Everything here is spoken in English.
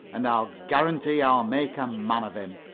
and i'll guarantee i'll make a man of him.